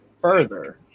further